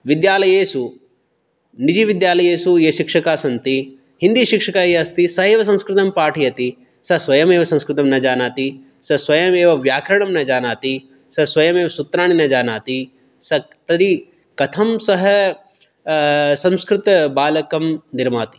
विद्यालयेषु निजिविद्यालयेषु ये शिक्षकाः सन्ति हिन्दीशिक्षकाः ये अस्ति सः एव संस्कृतं पाठयति सः स्वयमेव संस्कृतं न जानाति सः स्वयमेव व्याकरणं न जानाति सः स्वयमेव सूत्राणि न जानाति तर्हि कथं सः संस्कृतबालकं निर्माति